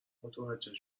متوجه